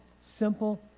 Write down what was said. simple